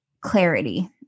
clarity